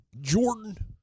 Jordan